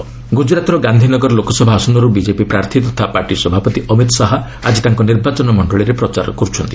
ଅମିତ ଶାହା ଗୁଜରାତ ଗୁଜରାତର ଗାନ୍ଧିନଗର ଲୋକସଭା ଆସନରୁ ବିଜେପି ପ୍ରାର୍ଥୀ ତଥା ପାର୍ଟି ସଭାପତି ଅମିତ ଶାହା ଆଜି ତାଙ୍କ ନିର୍ବାଚନ ମଣ୍ଡଳୀରେ ପ୍ରଚାର କରୁଛନ୍ତି